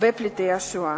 בפליטי השואה.